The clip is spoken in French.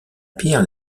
pierre